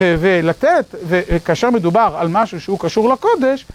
ולתת, וכאשר מדובר על משהו שהוא קשור לקודש,